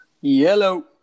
Yellow